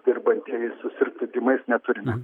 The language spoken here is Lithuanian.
dirbantieji susirgtų tymais neturime